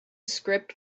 script